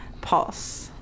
Pulse